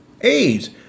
AIDS